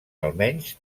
almenys